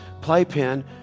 playpen